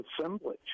assembly